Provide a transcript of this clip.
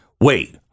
Wait